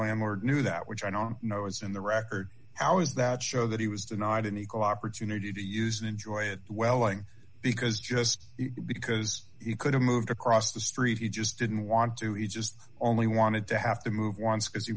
landlord knew that which i don't know is in the record hours that show that he was denied an equal opportunity to use and enjoy it welling because just because he could have moved across the street he just didn't want to eat just only wanted to have to move once because he